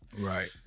Right